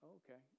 okay